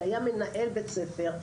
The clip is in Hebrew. שהיה מנהל בית ספר,